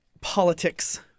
politics